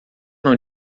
não